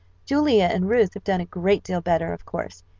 julia and ruth have done a great deal better, of course,